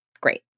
great